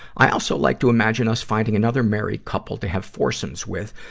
i also like to imagine us finding another married couple to have foursomes with,